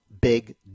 big